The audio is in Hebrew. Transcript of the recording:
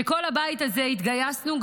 שכל הבית הזה התגייסנו,